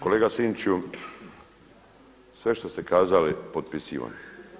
Kolega Sinčiću, sve što ste kazali potpisivam.